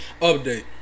Update